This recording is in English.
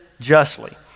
justly